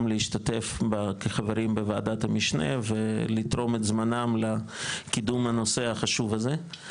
להשתתף כחברים בוועדת המשנה ולתרום את זמנם לקידום הנושא החשוב הזה.